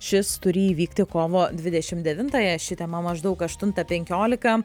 šis turi įvykti kovo dvidešim devintąją ši tema maždaug aštuntą penkiolika